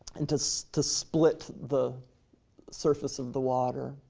and to so to split the surface of the water,